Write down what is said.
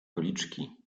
policzki